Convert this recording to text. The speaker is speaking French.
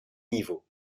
niveau